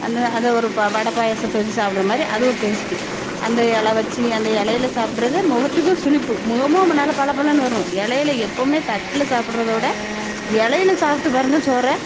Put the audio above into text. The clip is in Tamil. அந்த அதை ஒரு ப வட பாயசத்த வச்சி சாப்புடுற மாதிரி அது ஒரு டேஸ்ட்டு அந்த இல வச்சி அந்த இலையில சாப்புடுறதே முகத்துக்கும் சுளிப்பு முகமும் அப்போ நல்ல பளபளனு வரும் இலையில எப்பவுமே தட்டில் சாப்புடுறத விட இலையில சாப்புட்டு பாருங்க சோற